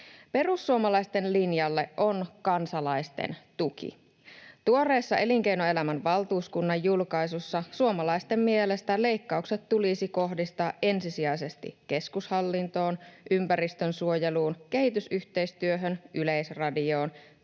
Perussuomalaisten linjalle on kansalaisten tuki. Tuoreessa Elinkeinoelämän valtuuskunnan julkaisussa suomalaisten mielestä leikkaukset tulisi kohdistaa ensisijaisesti keskushallintoon, ympäristönsuojeluun, kehitysyhteistyöhön, Yleisradioon,